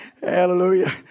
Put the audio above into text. Hallelujah